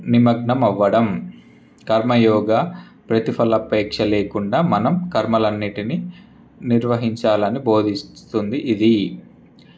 నిమగ్నం అవ్వడం కర్మ యోగ ప్రతిఫల ఆపేక్ష లేకుండా మనం కర్మలన్నిటినీ నిర్వహించాలని భోదిస్తుంది ఇది